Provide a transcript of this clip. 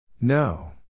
No